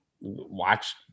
watch